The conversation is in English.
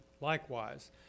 likewise